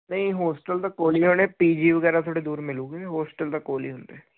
ਨਹੀਂ ਹੋਸਟਲ ਦਾ ਕੋਲੀ ਨੇ ਪੀ ਜੀ ਵਗੈਰਾ ਤੁਹਾਡੇ ਦੂਰ ਮਿਲੂਗੀ ਹੋਸਟਲ ਤਾਂ ਕੋਲ ਹੀ ਹੁੰਦਾ